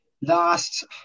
last